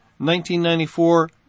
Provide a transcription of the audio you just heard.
1994